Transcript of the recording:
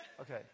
Okay